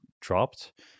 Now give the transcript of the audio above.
dropped